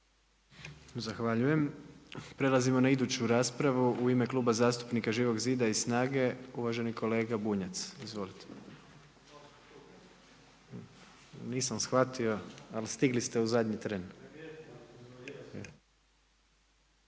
Zahvaljujem. Prelazimo na iduću raspravu. U ime Kluba zastupnika Živog zida i SNAGA-e uvaženi kolega Bunjac. Izvolite. Nisam shvatio, ali stigli ste u zadnji tren.